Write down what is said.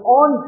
on